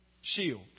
shield